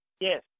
Yes